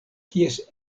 kies